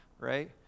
right